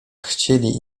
chcieli